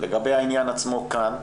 לגבי העניין עצמו כאן,